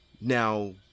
now